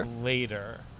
later